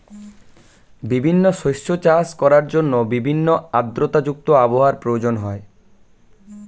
বিভিন্ন শস্য চাষ করার জন্য ভিন্ন আর্দ্রতা যুক্ত আবহাওয়ার প্রয়োজন হয়